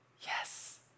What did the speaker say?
yes